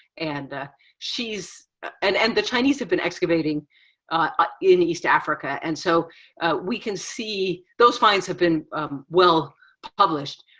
and she's, and and the chinese have been excavating ah in east africa. and so we can see, those finds have been well published.